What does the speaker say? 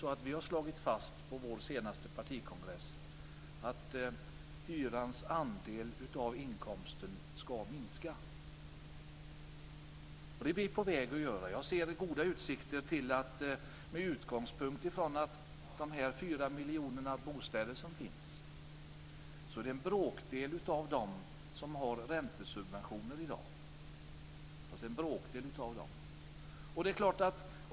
På vår senaste partikongress slog vi fast att hyrans andel av inkomsten ska minska. Det är vi på väg att göra. Vi har goda utsikter till det med tanke på att det är en bråkdel av de fyra miljoner bostäder som finns som har räntesubventioner i dag.